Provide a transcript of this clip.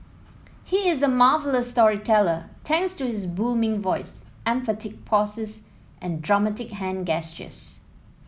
he is a marvellous storyteller thanks to his booming voice emphatic pauses and dramatic hand gestures